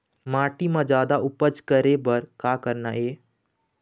माटी म जादा उपज करे बर का करना ये?